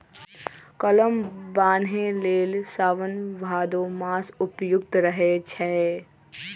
कलम बान्हे लेल साओन भादो मास उपयुक्त रहै छै